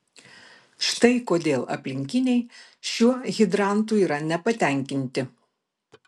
štai kodėl aplinkiniai šiuo hidrantu yra nepatenkinti